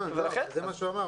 זה מה שהוא אמר.